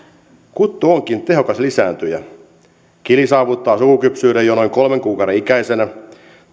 kuttu onkin tehokas lisääntyjä kili saavuttaa sukukypsyyden jo noin kolmen kuukauden ikäisenä